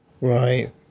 right